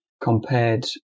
compared